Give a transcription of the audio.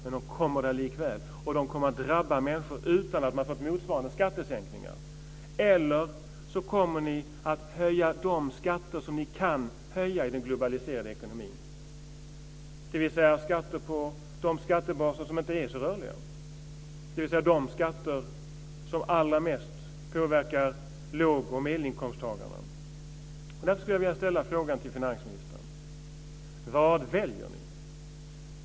Men de kommer likväl, och de kommer att drabba människor utan att de har fått motsvarande skattesänkningar. Eller så kommer ni att höja de skatter som ni kan höja i den globaliserade ekonomin, dvs. skatter på de skattebaser som inte är så rörliga. Det blir de skatter som allra mest påverkar låg och medelinkomsttagarna. Vad väljer ni?